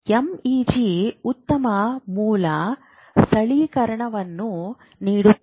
MEG ಉತ್ತಮ ಮೂಲ ಸ್ಥಳೀಕರಣವನ್ನು ನೀಡುತ್ತದೆ